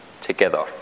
together